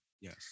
Yes